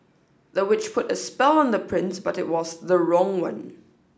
the witch put a spell on the prince but it was the wrong one